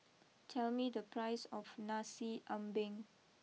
tell me the price of Nasi Ambeng